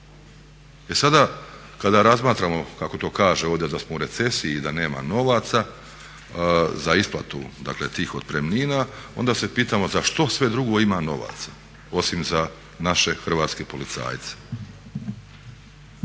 E sada kada razmatramo kako to kaže ovdje da smo u recesiji i da nema novaca za isplatu, dakle tih otpremnina onda se pitamo za što sve drugo ima novaca osim za naše hrvatske policajce?